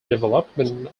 development